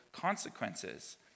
consequences